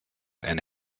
and